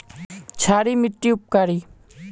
क्षारी मिट्टी उपकारी?